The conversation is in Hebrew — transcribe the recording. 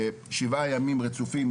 שבעה ימים רצופים,